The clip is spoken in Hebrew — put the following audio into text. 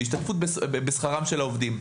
להשתתפות בשכרם של העובדים.